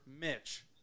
Mitch